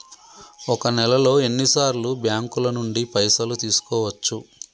ఒక నెలలో ఎన్ని సార్లు బ్యాంకుల నుండి పైసలు తీసుకోవచ్చు?